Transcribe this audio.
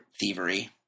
thievery